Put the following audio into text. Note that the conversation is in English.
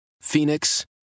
Phoenix